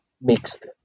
Mixed